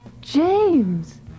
James